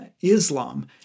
Islam